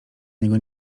niego